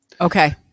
Okay